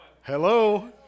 Hello